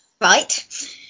Right